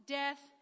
death